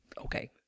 okay